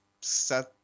set